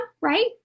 right